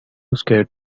scared